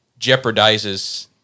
jeopardizes